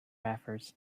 efforts